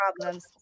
problems